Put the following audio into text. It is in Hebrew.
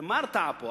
מה ההרתעה פה?